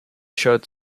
showed